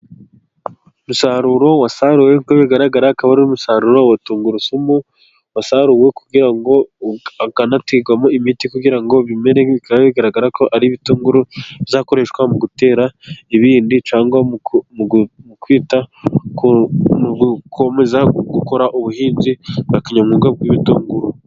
Umusaruro wasaruwe nk'uko bigaragara, akaba umusaruro wa tungurusumu wasaruwe, kugira ngo ukanaterwamo imiti kugira ngo bimere nk'ibi, bika bigaragara ko ari ibitunguru bizakoreshwa mu gutera ibindi, cyangwa mu kwita ku gukomeza gukora ubuhinzi bwa kinyamwuga bw'ibitunguru